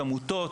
עמותות,